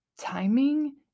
timing